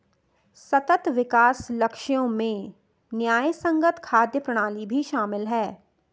सतत विकास लक्ष्यों में न्यायसंगत खाद्य प्रणाली भी शामिल है